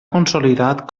consolidat